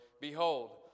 Behold